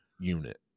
unit